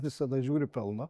visada žiūri pelno